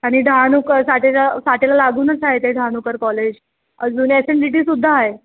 आणि डहाणूकर साठेच्या साठेला लागूनच आहे ते डहाणूकर कॉलेज अजून एस एन डी टी सुद्धा आहे